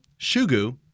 Shugu